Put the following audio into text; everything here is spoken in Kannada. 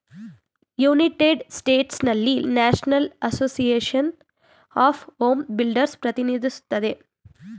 ಯುನ್ಯೆಟೆಡ್ ಸ್ಟೇಟ್ಸ್ನಲ್ಲಿ national association of home builders ಪ್ರತಿನಿಧಿಸುತ್ತದೆ